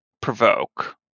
provoke